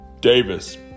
Davis